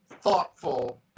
thoughtful